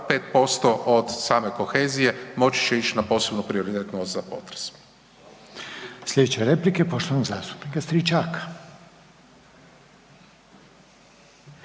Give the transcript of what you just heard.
5% od same kohezije moći će ić na posebno prioritetno za potres. **Reiner, Željko (HDZ)** Slijedeće replike poštovanog zastupnika Stričaka.